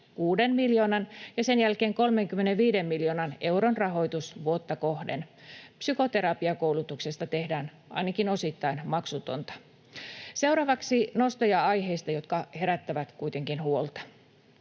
miljoonan ja sen jälkeen 35 miljoonan euron rahoitus vuotta kohden. Psykoterapiakoulutuksesta tehdään ainakin osittain maksutonta. Seuraavaksi nostoja aiheista, jotka herättävät kuitenkin huolta: